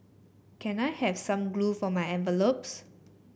can I have some glue for my envelopes